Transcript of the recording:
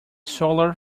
solar